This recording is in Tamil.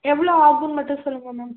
எவ்வளோ ஆகும் மட்டும் சொல்லுங்கள் மேம்